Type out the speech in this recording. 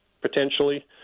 potentially